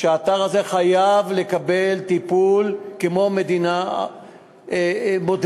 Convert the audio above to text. שהאתר הזה חייב לקבל טיפול כמו במדינה מודרנית.